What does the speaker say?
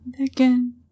Again